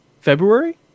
February